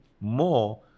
more